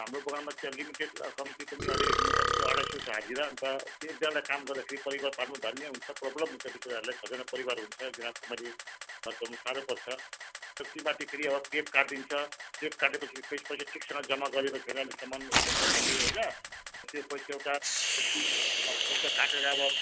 हाम्रो बगानमा चाहिँ लिमिटेड कम्ती पनि अहिले मोटामोटी अढाई सय छ हाजिरा अनि त त्यो एकजनाले काम गर्दाखेरि परिवार पाल्नु धन्ने हुन्छ प्रोब्लम हुन्छ बिचराहरलाई छजना परिवार हुन्छ एकजनाको कमाइले खर्चमा साह्रो पर्छ त्यहीँमाथि फेरि अब पिएफ काटिन्छ पिएफ काटेपछि पैसा ठिकसँग जम्मा गरिएको छैन अहिलेसम्म कम्पनीले होइन त्यो पैसा एउटा पैसा काटेर अब